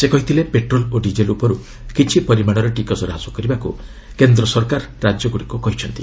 ସେ କହିଥିଲେ ପେଟ୍ରୋଲ୍ ଓ ଡିଜେଲ୍ ଉପର୍ କିଛି ପରିମାଣରେ ଟିକସ ହ୍ରାସ କରିବାକ୍ କେନ୍ଦ୍ର ସରକାର ରାଜ୍ୟଗୁଡ଼ିକୁ କହିଥିଲେ